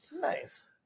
Nice